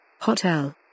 Hotel